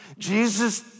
Jesus